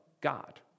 God